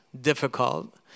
difficult